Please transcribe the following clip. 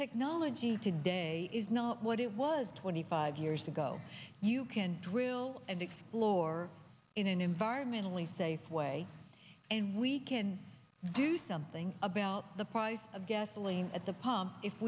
technology today is not what it was twenty five years ago you can drill and explore in an environmentally safe way and we can do something about the price of gasoline at